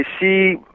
see